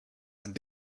and